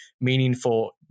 meaningful